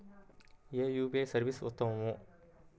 ఏ UPI service ఉత్తమము?